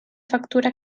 factura